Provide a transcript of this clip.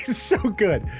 so good.